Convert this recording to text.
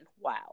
Wow